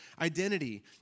identity